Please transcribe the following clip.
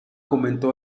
comentó